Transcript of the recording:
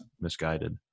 misguided